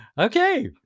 Okay